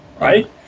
Right